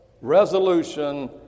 resolution